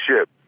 ship